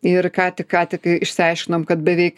ir ką tik ką tik išsiaiškinom kad beveik